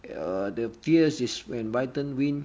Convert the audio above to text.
uh the fear is that biden win